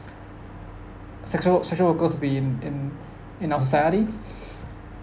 sexual work sexual worker to be in in in our society